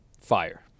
Fire